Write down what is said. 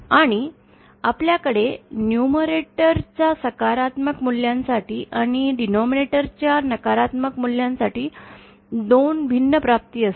आणि आपल्याकडे न्यूमरेटर च्या सकारात्मक मूल्यांसाठी आणि डिनामनैटर च्या नकारात्मक मूल्यांसाठी 2 भिन्न प्राप्ती असतील